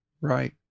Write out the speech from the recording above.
Right